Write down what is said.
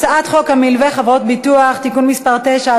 הצעת חוק המלווה (חברות ביטוח) (תיקון מס' 9),